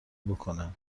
بکنه